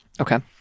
okay